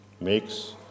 makes